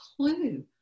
clue